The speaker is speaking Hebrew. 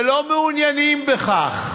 שלא מעוניינים בכך.